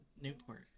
Newport